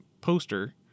poster